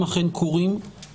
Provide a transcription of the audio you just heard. כך אנחנו קוראים את הסעיף,